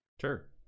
Sure